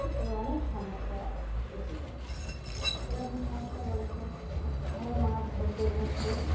তবে অনেক সমস্যা এসে যায় কীরকম সমস্যা বলতে ধরো মাছ ধরতে ধরতে